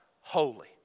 holy